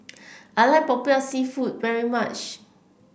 I like popiah seafood very much